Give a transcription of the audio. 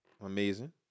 Amazing